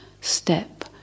step